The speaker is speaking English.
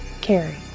Carrie